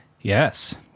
yes